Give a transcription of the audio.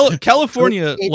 California